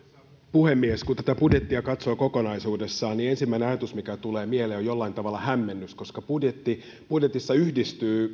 puhemies kun tätä budjettia katsoo kokonaisuudessaan ensimmäinen ajatus mikä tulee mieleen on hämmennys koska budjetissa yhdistyy